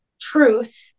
truth